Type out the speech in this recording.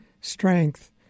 strength